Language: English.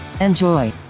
Enjoy